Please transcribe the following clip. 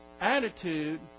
attitude